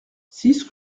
six